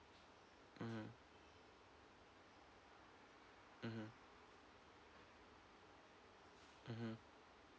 mmhmm mmhmm mmhmm